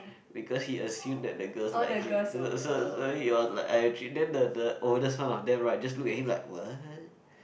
because he assume that the girls like him so so so he was like I have three then the the oldest one right just look at him like what